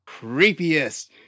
creepiest